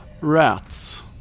rats